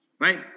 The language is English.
Right